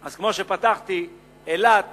אז כמו שפתחתי, אילת